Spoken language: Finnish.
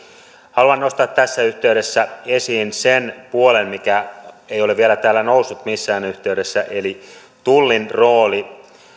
haluan nostaa tässä yhteydessä esiin sen puolen mikä ei ole vielä täällä noussut missään yhteydessä eli tullin roolin